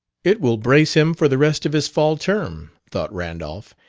it will brace him for the rest of his fall term, thought randolph,